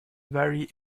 very